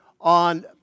on